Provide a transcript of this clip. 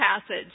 passage